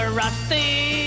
rusty